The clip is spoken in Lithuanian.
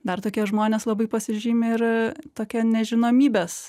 dar tokie žmonės labai pasižymi ir tokia nežinomybės